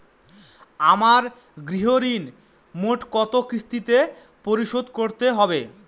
আমার গৃহঋণ মোট কত কিস্তিতে পরিশোধ করতে হবে?